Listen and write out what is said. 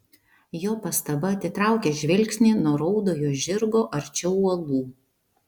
jo pastaba atitraukia žvilgsnį nuo raudojo žirgo arčiau uolų